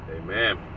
Amen